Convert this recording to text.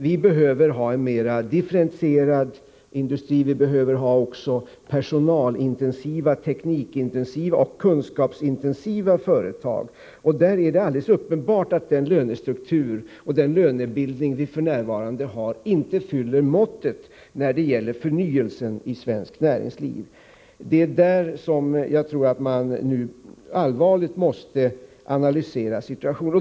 Vi behöver ha en mera differentierad industri och även personalintensiva, teknikintensiva och kunskapsintensiva företag. Det är alldeles uppenbart att den lönestruktur och den lönebildning vi f. n. har inte fyller måttet när det gäller förnyelsen i svenskt näringsliv. Det är denna situation som jag tror att vi nu allvarligt måste analysera.